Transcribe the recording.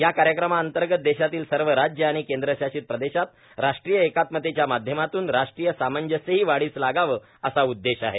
या कार्यक्रमाअंतर्गत देशातील सर्व राज्य आणि केंद्रशासीत प्रदेशात राष्ट्रीय एकात्मतेच्या माध्यमातून राष्ट्रीय सामंजस्यही वाढीस लागाव असा उद्देश आहे